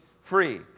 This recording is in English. free